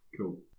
cool